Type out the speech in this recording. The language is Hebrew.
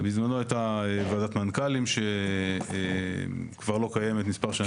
בזמנו הייתה ועדת מנכ"לים שכבר לא קיימת מספר שנים.